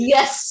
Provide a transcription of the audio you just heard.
Yes